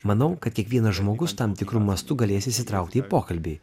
manau kad kiekvienas žmogus tam tikru mastu galės įsitraukti į pokalbį